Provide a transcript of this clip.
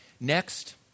Next